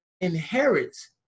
inherits